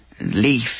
leaf